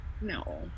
No